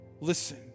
listen